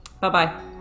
Bye-bye